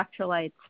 electrolytes